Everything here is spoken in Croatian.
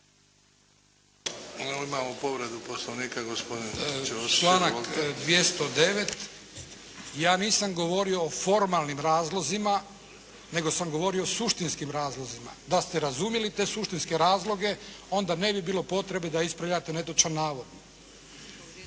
Izvolite. **Ćosić, Krešimir (HDZ)** Članak 209. ja nisam govorio o formalnim razlozima, nego sam govorio o suštinskim razlozima. Da ste razumjeli te suštinske razloge, onda ne bi bilo potrebe da ispravljate netočan navod.